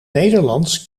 nederlands